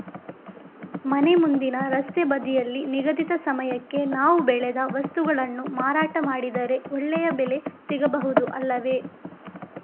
ಮನೆ ಮುಂದಿನ ರಸ್ತೆ ಬದಿಯಲ್ಲಿ ನಿಗದಿತ ಸಮಯಕ್ಕೆ ನಾವು ಬೆಳೆದ ವಸ್ತುಗಳನ್ನು ಮಾರಾಟ ಮಾಡಿದರೆ ಒಳ್ಳೆಯ ಬೆಲೆ ಸಿಗಬಹುದು ಅಲ್ಲವೇ?